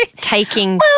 taking